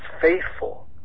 faithful